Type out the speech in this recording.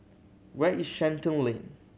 where is Shenton Lane